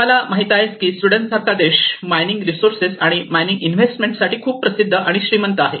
तुम्हाला माहित आहेच कि स्वीडन सारखा देश मायनिंग रिसोर्सेस आणि मायनिंग इन्व्हेस्टमेंट साठी खूप प्रसिद्ध आणि श्रीमंत आहे